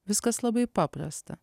viskas labai paprasta